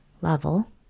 level